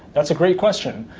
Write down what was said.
that's a great question.